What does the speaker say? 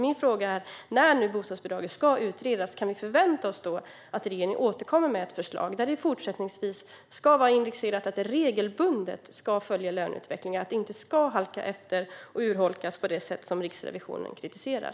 Min fråga är: När nu bostadsbidraget ska utredas, kan vi förvänta oss att regeringen återkommer med ett förslag där det fortsättningsvis ska vara indexerat så att det regelbundet ska följa löneutvecklingen och inte halka efter och urholkas på det sätt som Riksrevisionen kritiserar?